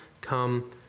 come